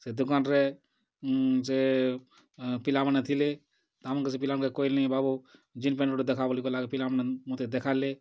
ସେ ଦୁକାନ୍ ରେ ସେ ପିଲାମାନେ ଥିଲେ ତାଙ୍କେ ସେଇ ପିଲାମାନ୍ଙ୍କେ କହିଲି ବାବୁ ଜିନ୍ସ ପ୍ୟାଣ୍ଟ୍ ଗୁଟେ ଦେଖା ବୋଲି କହେଲାକେ ପିଲାମାନେ ମତେ ଦେଖାଲେ